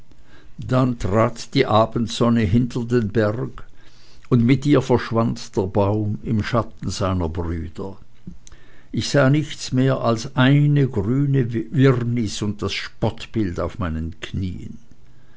dann trat die abendsonne hinter den berg und mit ihr verschwand der baum im schatten seiner brüder ich sah nichts mehr als eine grüne wirrnis und das spottbild auf meinen knien